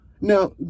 Now